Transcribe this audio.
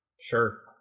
Sure